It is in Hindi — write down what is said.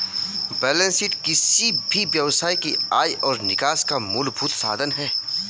बेलेंस शीट किसी भी व्यवसाय के आय और निकास का मूलभूत साधन है